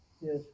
Yes